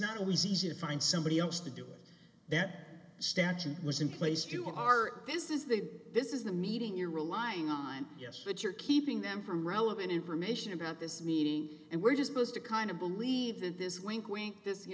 not always easy to find somebody else to do it that statute was in place you are this is the this is the meeting you're relying on yes but you're keeping them from relevant information about this meeting and we're just posed to kind of believe that this wink wink this you